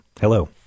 Hello